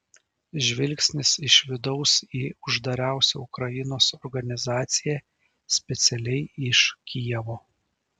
žvilgsnis iš vidaus į uždariausią ukrainos organizaciją specialiai iš kijevo